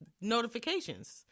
notifications